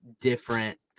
different